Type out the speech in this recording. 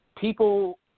people